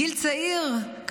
מגיל צעיר,